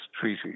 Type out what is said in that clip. treaty